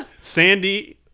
Sandy